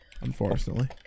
unfortunately